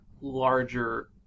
larger